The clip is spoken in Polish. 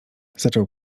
zaczął